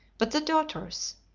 but the daughters.